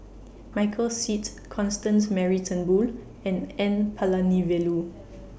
Michael Seet Constance Mary Turnbull and N Palanivelu